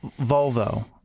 Volvo